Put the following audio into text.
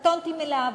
קטונתי מלהבין.